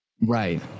Right